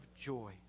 joy